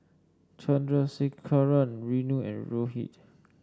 Chandrasekaran Renu and Rohit